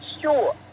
sure